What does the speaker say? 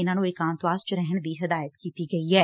ਇਨੁਾਂ ਨੂੰ ਏਕਾਂਤਵਾਸ 'ਚ ਰਹਿਣ ਦੀ ਹਿਦਾਇਤ ਕੀਤੀ ਗਈ ਏ